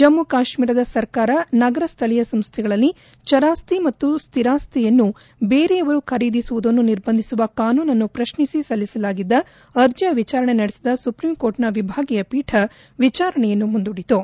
ಜಮ್ಗು ಕಾಶ್ಮೀರದ ಸರ್ಕಾರ ನಗರ ಸ್ವಳೀಯ ಸಂಸ್ಥೆಗಳಲ್ಲಿ ಚರಾಸ್ತಿ ಮತ್ತು ಸ್ವಿರಾಸ್ತಿಯನ್ನು ಬೇರೆಯವರು ಖರೀದಿಸುವುದನ್ನು ನಿರ್ಬಂಧಿಸುವ ಕಾನೂನನ್ನು ಪ್ರಶ್ನಿಸಿ ಸಲ್ಲಿಸಲಾಗಿದ್ದ ಅರ್ಜಿಯ ವಿಚಾರಣೆ ನಡೆಸಿದ ಸುಪ್ರೀಂಕೋರ್ಟ್ನ ವಿಭಾಗಿಯ ಪೀಠ ವಿಚಾರಣೆಯನ್ನು ಮುಂದೂಡಿತು